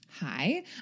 hi